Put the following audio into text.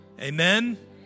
Amen